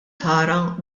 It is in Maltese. tara